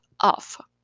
off